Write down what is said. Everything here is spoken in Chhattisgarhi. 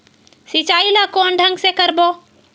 सिंचाई ल कोन ढंग से करबो?